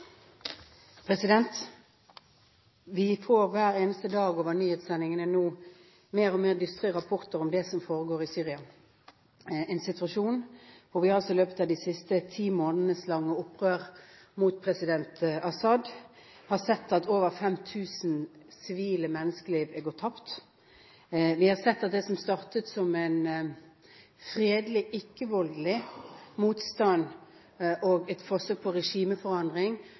Vi får nå hver eneste dag gjennom nyhetssendingene mer og mer dystre rapporter om det som foregår i Syria, en situasjon hvor vi i løpet av de siste ti måneders lange opprør mot president Assad har sett at over 5 000 sivile menneskeliv har gått tapt. Vi har sett at det som startet som en fredelig, ikke-voldelig motstand og et forsøk på regimeforandring,